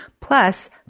Plus